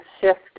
shift